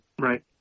right